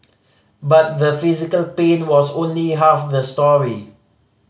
but the physical pain was only half the story